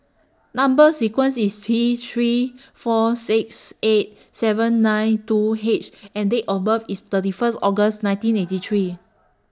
Number sequence IS T three four six eight seven nine two H and Date of birth IS thirty First August nineteen eighty three